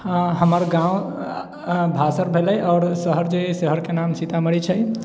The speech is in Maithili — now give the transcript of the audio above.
हमर गाँव भासर भेलै आओर शहर जे छै शहरके नाम सीतामढ़ी छै